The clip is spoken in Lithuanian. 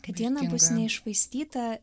kad diena bus neiššvaistyta